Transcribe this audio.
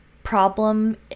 Problem